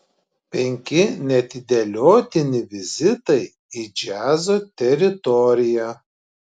penki neatidėliotini vizitai į džiazo teritoriją